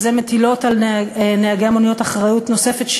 מטילות על נהגי המוניות אחריות נוספת,